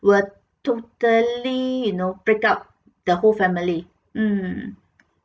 will totally you know break up the whole family mm